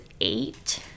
eight